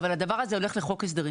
אבל הדבר הזה הולך לחוק ההסדרים,